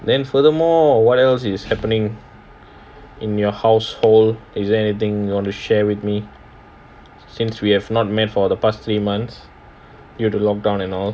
then furthermore what else is happening in your household is there anything you want to share with me since we have not met for the past three months due to lockdown and all